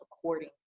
according